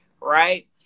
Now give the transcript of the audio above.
right